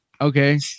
Okay